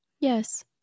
yes